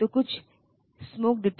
तो यह दूसरा मुद्दा है